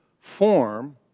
form